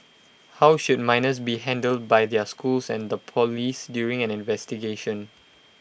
how should minors be handled by their schools and the Police during an investigation